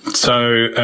so